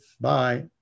Bye